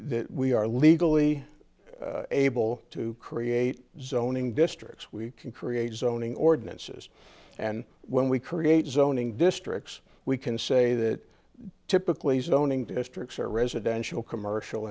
that we are legally able to create zoning districts we can create zoning ordinances and when we create zoning districts we can say that typically zoning districts are residential commercial